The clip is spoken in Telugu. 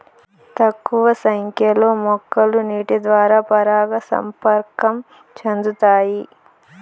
తక్కువ సంఖ్య లో మొక్కలు నీటి ద్వారా పరాగ సంపర్కం చెందుతాయి